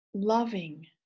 Loving